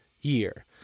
year